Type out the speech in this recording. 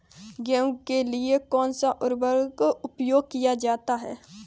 गेहूँ के लिए कौनसा उर्वरक प्रयोग किया जाता है?